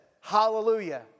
hallelujah